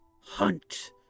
hunt